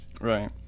Right